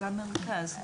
במרכז.